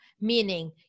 meaning